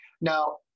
Now